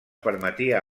permetia